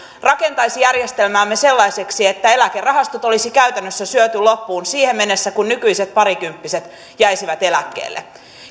rakentaisi järjestelmäämme sellaiseksi että eläkerahastot olisi käytännössä syöty loppuun siihen mennessä kun nykyiset parikymppiset jäisivät eläkkeelle